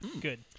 Good